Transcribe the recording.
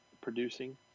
producing